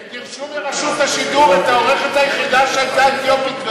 הם גירשו מרשות השידור את העורכת האתיופית היחידה,